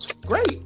great